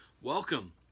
welcome